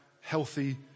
healthy